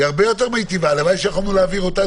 הלוואי שהיינו יכולים להעביר אותה,